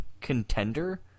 contender